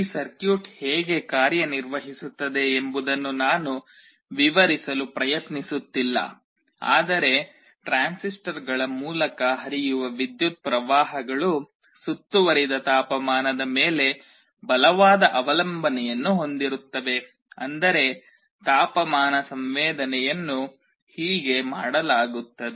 ಈ ಸರ್ಕ್ಯೂಟ್ ಹೇಗೆ ಕಾರ್ಯನಿರ್ವಹಿಸುತ್ತದೆ ಎಂಬುದನ್ನು ನಾನು ವಿವರಿಸಲು ಪ್ರಯತ್ನಿಸುತ್ತಿಲ್ಲ ಆದರೆ ಟ್ರಾನ್ಸಿಸ್ಟರ್ಗಳ ಮೂಲಕ ಹರಿಯುವ ವಿದ್ಯುತ್ ಪ್ರವಾಹಗಳು ಸುತ್ತುವರಿದ ತಾಪಮಾನದ ಮೇಲೆ ಬಲವಾದ ಅವಲಂಬನೆಯನ್ನು ಹೊಂದಿರುತ್ತವೆ ಅಂದರೆ ತಾಪಮಾನ ಸಂವೇದನೆಯನ್ನು ಹೀಗೆ ಮಾಡಲಾಗುತ್ತದೆ